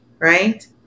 Right